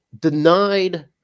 Denied